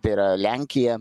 tai yra lenkija